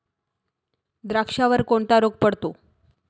द्राक्षावर कोणता रोग पडतो?